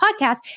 podcast